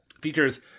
features